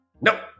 Nope